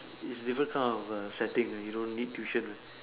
it's different kind of a setting that you don't need tuition